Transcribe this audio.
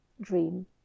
Dream